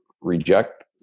reject